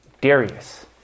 Darius